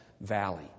Valley